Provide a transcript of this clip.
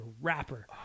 rapper